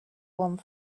one